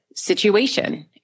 situation